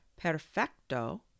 perfecto